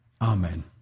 Amen